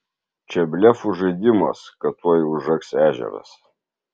čia blefų žaidimas kad tuoj užaks ežeras